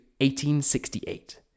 1868